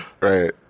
Right